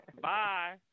Bye